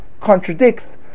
contradicts